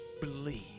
believe